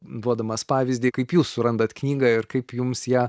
duodamas pavyzdį kaip jūs surandat knygą ir kaip jums ją